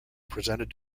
presented